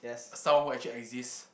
someone who actually exist